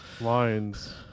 lines